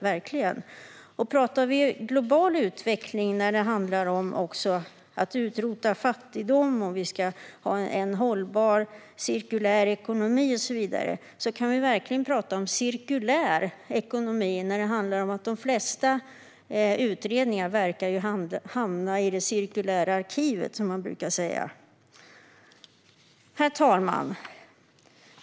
Vi pratar om global utveckling, om att utrota fattigdom, om att vi ska ha en hållbar cirkulär ekonomi och så vidare. Här kan vi verkligen prata om cirkulär ekonomi - när de flesta utredningar verkar hamna i det cirkulära arkivet, som man brukar säga. Herr talman!